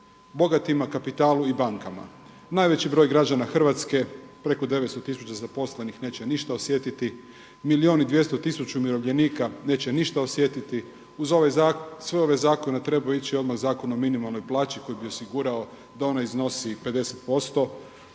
bogatima, kapitalu i bankama. Najveći broj građana Hrvatske, preko 900 tisuća zaposlenih neće ništa osjetiti. Milijun i 200 tisuća umirovljenika neće ništa osjetiti. Uz sve ove zakone trebao je ići odmah Zakon o minimalnoj plaći koji bi osigurao da ona iznosi 50